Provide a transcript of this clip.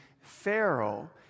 Pharaoh